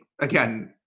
again